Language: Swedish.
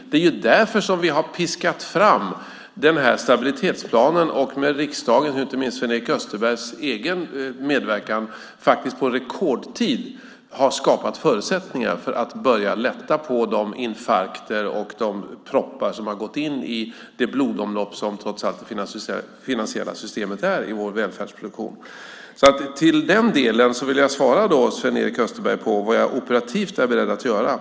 Det är därför som vi har piskat fram den här stabilitetsplanen och med riksdagens, inte minst Sven-Erik Österbergs egen, medverkan på rekordtid skapat förutsättningar för att börja lätta på de infarkter och proppar som har gått in i det blodomlopp som det finansiella systemet är i vår välfärdsproduktion. I den delen vill jag svara Sven-Erik Österberg på vad jag operativt är beredd att göra.